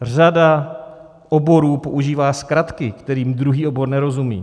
Řada oborů používá zkratky, kterým druhý obor nerozumí.